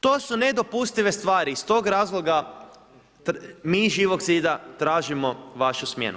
To su nedopustive stvari iz tog razloga mi iz Živog zida tražimo vašu smjenu.